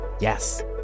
Yes